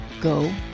go